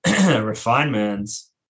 refinements